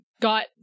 got